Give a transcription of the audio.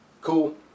Cool